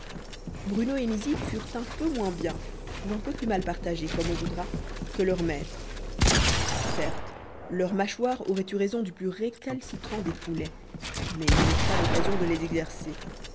bruno et nizib furent un peu moins bien ou un peu plus mal partagés comme on voudra que leurs maîtres certes leurs mâchoires auraient eu raison du plus récalcitrant des poulets mais ils n'eurent pas l'occasion de les exercer